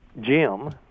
Jim